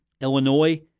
Illinois